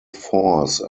force